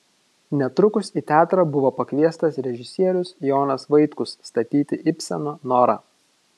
netrukus į teatrą buvo pakviestas režisierius jonas vaitkus statyti ibseno norą